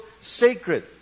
sacred